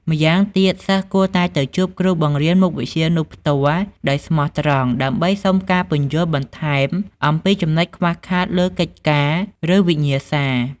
ម្យ៉ាងទៀត សិស្សគួរតែ ទៅជួបគ្រូបង្រៀនមុខវិជ្ជានោះផ្ទាល់ ដោយស្មោះត្រង់ ដើម្បីសុំការពន្យល់បន្ថែមអំពីចំណុចខ្វះខាតលើកិច្ចការ ឬវិញ្ញាសា។